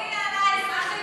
אבל זה לא מגיע לאזרחים,